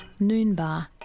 Noonbar